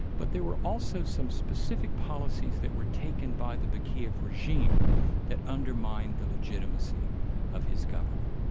but there were also some specific policies that were taken by the bakiev regime that undermined the legitimacy of his government.